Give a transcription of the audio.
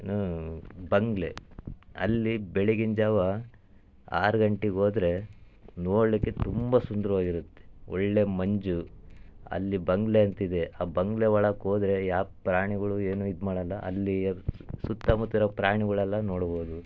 ಏನು ಬಂಗಲೆ ಅಲ್ಲಿ ಬೆಳ್ಗಿನ ಜಾವ ಆರು ಗಂಟೆಗ್ ಹೋದ್ರೆ ನೋಡಲಿಕ್ಕೆ ತುಂಬ ಸುಂದರವಾಗಿರುತ್ತೆ ಒಳ್ಳೆಯ ಮಂಜು ಅಲ್ಲಿ ಬಂಗಲೆ ಅಂತಿದೆ ಆ ಬಂಗಲೆ ಒಳಕ್ಕೋದರೆ ಯಾವ ಪ್ರಾಣಿಗಳೂ ಏನೂ ಇದು ಮಾಡೋಲ್ಲ ಅಲ್ಲಿಯ ಸು ಸುತ್ತ ಮುತ್ತ ಇರೋ ಪ್ರಾಣಿಗಳೆಲ್ಲ ನೋಡ್ಬೋದು